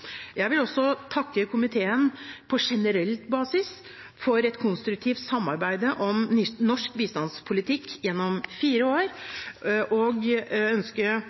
Jeg vil også takke komiteen på generell basis for et konstruktivt samarbeid om norsk bistandspolitikk gjennom fire år – og ønske